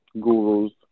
Gurus